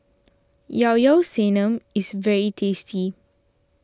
Yao Yao Sanum is very tasty